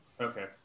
Okay